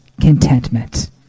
contentment